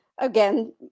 Again